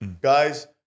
guys